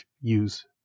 use